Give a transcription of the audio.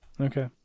Okay